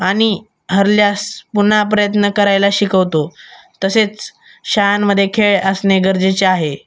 आणि हरल्यास पुन्हा प्रयत्न करायला शिकवतो तसेच शाळांमध्ये खेळ असणे गरजेचे आहे